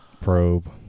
probe